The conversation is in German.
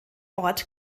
ort